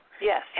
Yes